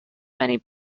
many